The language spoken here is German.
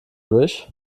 durch